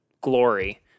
glory